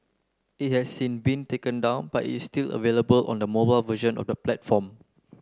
it has since been taken down but it is still available on the mobile version of the platform